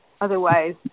otherwise